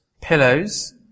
pillows